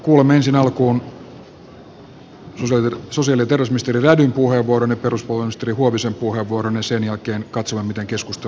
kuulemme ensialkuun sosiaali ja terveysministeri rädyn puheenvuoron ja peruspalveluministeri huovisen puheenvuoron ja sen jälkeen katsomme miten keskustelu etenee